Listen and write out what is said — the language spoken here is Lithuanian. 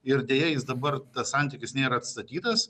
ir deja jis dabar tas santykis nėra atstatytas